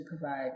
provide